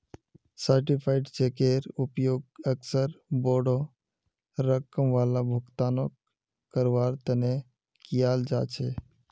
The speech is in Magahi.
सर्टीफाइड चेकेर उपयोग अक्सर बोडो रकम वाला भुगतानक करवार तने कियाल जा छे